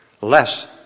less